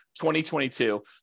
2022